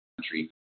country